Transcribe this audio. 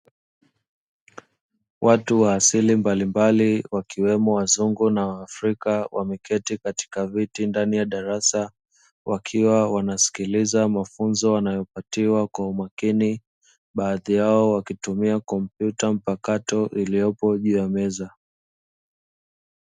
Watu wa asili mbalimbali wakiwemo wazungu na waafrika wameketi katika viti ndani ya darasa, wakiwa wanasikiliza mafunzo wanayopatiwa kwa umakini baadhi yao wakitumia kompyuta mpakato iliyopo juu ya meza.